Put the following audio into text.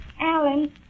Alan